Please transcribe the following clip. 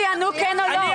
שיענו כן או לא.